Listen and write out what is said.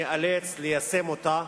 שניאלץ ליישם אותה.